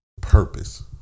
purpose